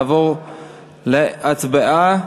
נעבור להצבעה.